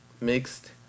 mixed